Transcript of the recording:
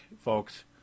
folks